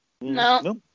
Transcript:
No